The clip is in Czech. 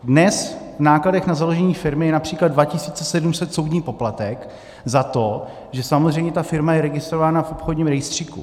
Dnes v nákladech na založení firmy je například 2 700 soudní poplatek za to, že samozřejmě ta firma je registrovaná v obchodním rejstříku.